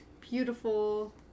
beautiful